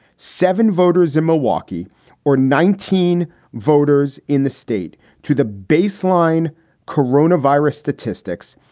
seven voters in milwaukee or nineteen voters in the state to the baseline corona virus statistics,